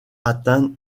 atteint